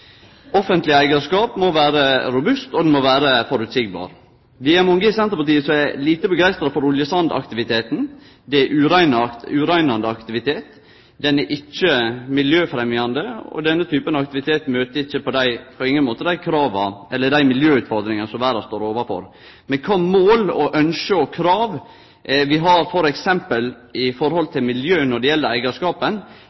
Offentleg eigarskap må vere robust og føreseieleg. Det er mange i Senterpartiet som er lite begeistra for oljesandaktiviteten. Det er ein aktivitet som ureinar. Han er ikkje miljøfremjande, og denne typen aktivitet møter på ingen måte dei miljøutfordringane som verda står overfor. Men kva mål, ynske og krav vi har når det gjeld f.eks. eigarskap, må vi lyfte fram ved veste krossveg, når vi drøftar eigarskap i